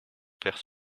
père